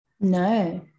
No